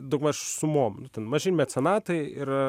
daugmaž sumom nu ten maži mecenatai ir